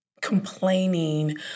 complaining